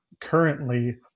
currently